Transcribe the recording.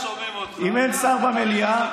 אם אין שר במליאה,